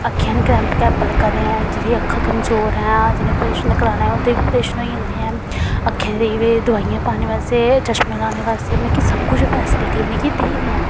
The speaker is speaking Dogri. अक्खें दे कैंप कैंप लग्गा दे ऐं जिदी अक्ख कमजोर ऐ जिनें प्रेशन कराने उन्दे बी प्रेशन होई जंदे ऐन अक्खें दे जेह्ड़े दवाइयां पाने वास्ते चश्मे पाने वास्ते मतलब की सब कुछ फैसिलिटी उनेंगी दे दियां न